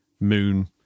moon